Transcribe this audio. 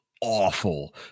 Awful